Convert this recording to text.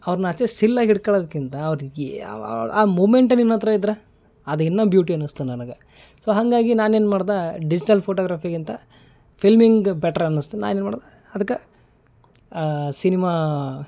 ಅವ್ರನ್ನ ಅಷ್ಟೇ ಸ್ಟಿಲ್ಲಾಗಿ ಹಿಡ್ಕೊಳದ್ಕಿಂತ ಅವರಿಗೆ ಆ ಮೂಮೆಂಟೇ ನಿನ್ನ ಹತ್ತಿರ ಇದ್ದರೆ ಅದು ಇನ್ನೂ ಬ್ಯೂಟಿ ಅನಿಸ್ತು ನನಗೆ ಸೊ ಹಾಗಾಗಿ ನಾನೇನು ಮಾಡ್ದೆ ಡಿಜ್ಟಲ್ ಫೋಟೋಗ್ರಫಿಗಿಂತ ಫಿಲ್ಮಿಂಗ್ ಬೆಟರ್ ಅನಿಸ್ತು ನಾನೇನು ಮಾಡ್ದೆ ಅದ್ಕೆ ಸಿನಿಮಾ